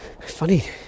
Funny